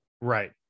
right